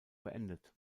beendet